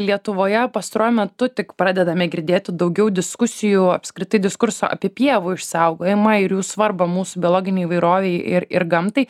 lietuvoje pastaruoju metu tik pradedame girdėti daugiau diskusijų apskritai diskurso apie pievų išsaugojimą ir jų svarbą mūsų biologinei įvairovei ir ir gamtai